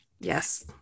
Yes